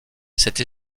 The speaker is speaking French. cette